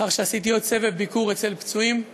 לאחר שעשיתי עוד סבב ביקור אצל פצועים ופצועות,